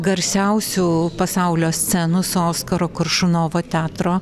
garsiausių pasaulio scenų su oskaro koršunovo teatro